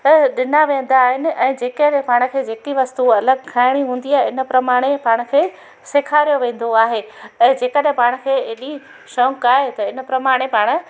ॾिना वेंदा आहिनि ऐं जेकर पाण खे जेकी वस्तू अलॻि खणिणी हूंदी आहे इन प्रमाणे पाण खे सेखारियो वेंदो आहे ऐं जेकॾहिं पाण खे एॾी शौक़ु आहे त इन प्रमाणे पाण